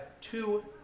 two